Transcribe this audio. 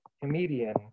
comedian